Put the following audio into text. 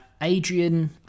Adrian